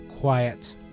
quiet